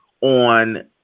on